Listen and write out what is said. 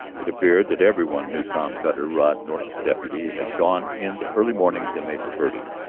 it appeared that every one knew. tom cutter, rod norton's deputy, had gone in the early morning to mesa verde,